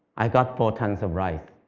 i got four tons of rice.